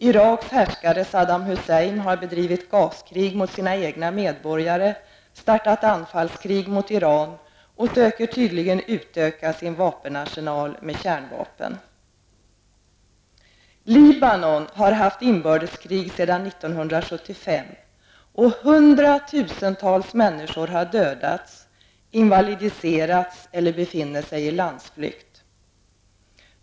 Iraks härskare Saddam Hussein har fört gaskrig mot sina egna medborgare, startat anfallskrig mot Iran och söker nu tydligen utöka sin vapenarsenal med kärnvapen. Libanon har haft inbördeskrig sedan 1975 och hundratusentals människor har dödats, invalidiserats eller befinner sig i landsflykt.